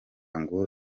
ngo